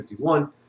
51